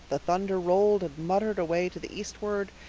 the thunder rolled and muttered away to the eastward,